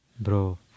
Bro